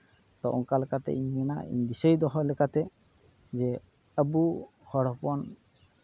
ᱟᱫᱚ ᱚᱱᱠᱟ ᱞᱮᱠᱟᱛᱮ ᱤᱧ ᱢᱮᱱᱟ ᱤᱧ ᱫᱤᱥᱟᱹᱭ ᱫᱚᱦᱚ ᱞᱮᱠᱟᱛᱮ ᱡᱮ ᱟᱹᱵᱩ ᱦᱚᱲ ᱦᱚᱯᱚᱱ